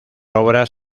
obras